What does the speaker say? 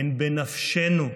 הן בנפשנו,